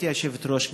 גברתי היושבת-ראש,